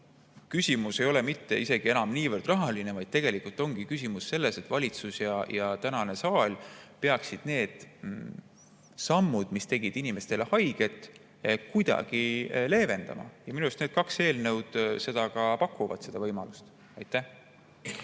küsimus ei ole mitte isegi enam niivõrd rahaline, vaid tegelikult ongi küsimus selles, et valitsus ja saal peaksid neid samme, mis tegid inimestele haiget, kuidagi leevendama. Minu arust need kaks eelnõu seda võimalust ka